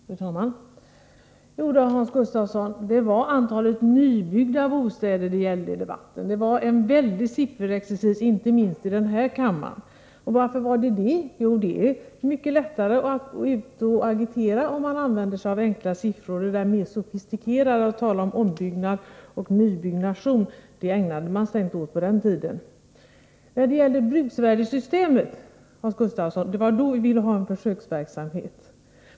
Fru talman! Jo då, Hans Gustafsson, det var antalet nybyggda bostäder det gällde i debatten. Det var en väldig sifferexercis, inte minst i denna kammare. Och varför? Jo, det är mycket lättare att agitera om man använder sig av enkla siffror. Det är mera sofistikerat att tala om ombyggnad och nybyggnation. Det ägnade man sig inte åt då. Det var när det gällde bruksvärdessystemet som vi ville ha en försöksverksamhet.